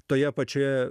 toje pačioje